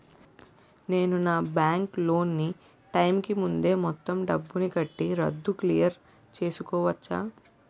నేను నా bank loan నీ టైం కీ ముందే మొత్తం డబ్బుని కట్టి రద్దు క్లియర్ చేసుకోవచ్చా?